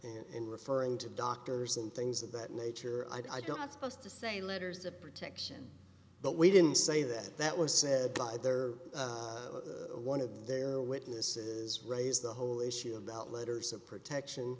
in referring to doctors and things of that nature i don't suppose to say letters of protection but we didn't say that that was said by either one of their witnesses raise the whole issue about letters of protection